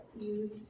use